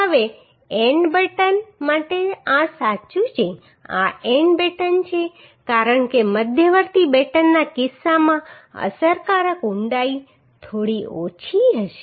હવે end baton માટે આ સાચું છે આ એન્ડ બેટન છે કારણ કે મધ્યવર્તી બેટનના કિસ્સામાં અસરકારક ઊંડાઈ થોડી ઓછી હશે